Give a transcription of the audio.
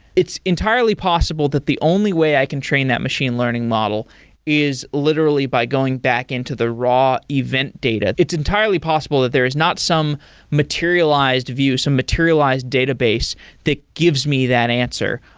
it's entirely possible that the only way i can train that machine learning model is literally by going back into the raw event data. it's entirely possible that there is not some materialized view, some materialized database that gives me that answer.